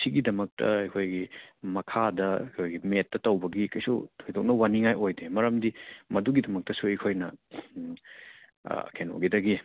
ꯁꯤꯒꯤꯗꯃꯛꯇ ꯑꯩꯈꯣꯏꯒꯤ ꯃꯈꯥꯗ ꯑꯩꯈꯣꯏꯒꯤ ꯃꯦꯠꯇ ꯇꯧꯕꯒꯤ ꯀꯩꯁꯨ ꯊꯣꯏꯗꯣꯛꯅ ꯋꯥꯅꯤꯡꯉꯥꯏ ꯑꯣꯏꯗꯦ ꯃꯔꯝꯗꯤ ꯃꯗꯨꯒꯤꯗꯃꯛꯇꯁꯨ ꯑꯩꯈꯣꯏꯅ ꯀꯩꯅꯣꯒꯤꯗꯒꯤ